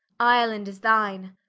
ireland is thine,